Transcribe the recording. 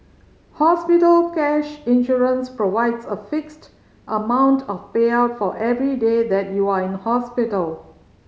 hospital cash insurance provides a fixed amount of payout for every day that you are in hospital